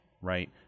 right